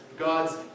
God's